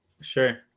Sure